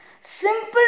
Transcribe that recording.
Simple